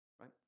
right